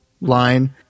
line